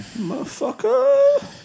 Motherfucker